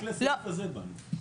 רצית לדבר?